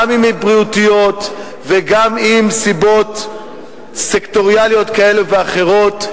גם אם הן בריאותיות וגם אם הן סיבות סקטוריאליות כאלה ואחרות,